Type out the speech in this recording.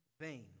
vain